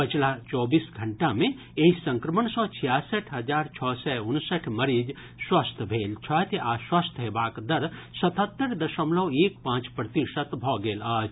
पछिला चौबीस घंटा मे एहि संक्रमण सँ छियासठि हजार छओ सय उनसठि मरीज स्वस्थ भेल छथि आ स्वस्थ हेबाक दर सतहत्तरि दशमलव एक पांच प्रतिशत भऽ गेल अछि